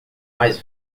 mais